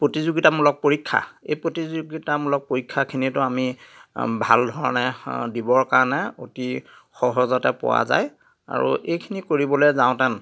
প্ৰতিযোগিতামূলক পৰীক্ষা এই প্ৰতিযোগিতামূলক পৰীক্ষাখিনিতো আমি ভাল ধৰণে দিবৰ কাৰণে অতি সহজতে পোৱা যায় আৰু এইখিনি কৰিবলে যাওঁতে